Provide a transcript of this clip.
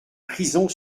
prisons